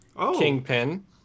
Kingpin